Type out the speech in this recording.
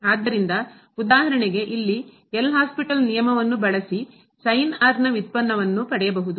ಆದ್ದರಿಂದ ಉದಾಹರಣೆಗೆ ಇಲ್ಲಿ ಎಲ್ ಹಾಪಿಟಲ್ ನಿಯಮವನ್ನು ಬಳಸಿ ನಾವು ನ ವ್ಯುತ್ಪನ್ನವನ್ನು ಪಡೆಯಬಹುದು